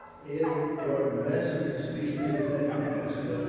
it were best to speak to the men, aska,